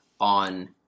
on